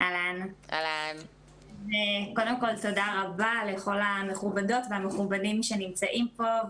קודם כל תודה רבה לכל המכובדות והמכובדים שנמצאים פה.